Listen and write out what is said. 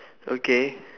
okay